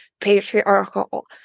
patriarchal